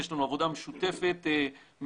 יש לנו עבודה משותפת מלאה,